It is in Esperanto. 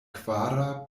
kvara